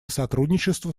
сотрудничество